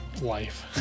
Life